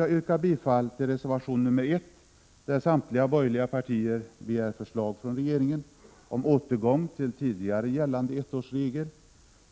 Jag yrkar bifall till reservation nr 1, där samtliga borgerliga partier begär förslag från regeringen om återgång till tidigare gällande ettårsregel